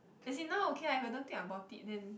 let she know okay I am don't think about it then